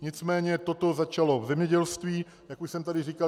Nicméně toto začalo v zemědělství, jak už jsem tady říkal.